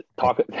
talk